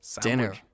dinner